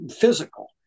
physical